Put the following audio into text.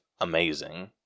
amazing